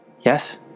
Yes